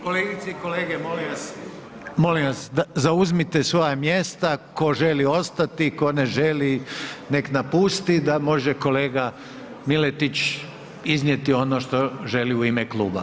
Kolegice i kolege molim vas zauzmite svoja mjesta, tko želi ostati, tko ne želi nek napusti da može kolega Miletić može iznijeti ono što želi u ime kluba.